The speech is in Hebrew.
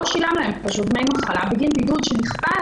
שילם להן דמי מחלה בגין בידוד שנכפה